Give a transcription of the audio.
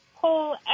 pull